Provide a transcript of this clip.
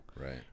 right